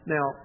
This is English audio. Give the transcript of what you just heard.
Now